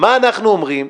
מה אנחנו אומרים?